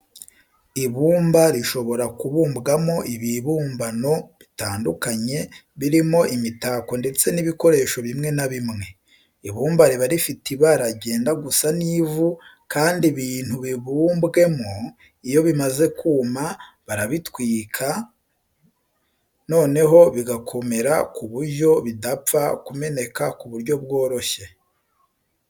Ibumba rishobora kubumbwamo ibibumbano bitandukanye, birimo imitako ndetse n'ibikoresho bimwe na bimwe. Ibumba riba rifite ibara ryenda gusa n'ivu kandi ibintu bibumbwemo iyo bimaze kuma barabitwikwa, noneho bigakomera ku buryo bidapfa kumeneka ku buryo bworoshye.